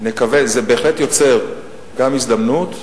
זה בהחלט יוצר גם הזדמנות,